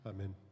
Amen